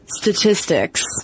Statistics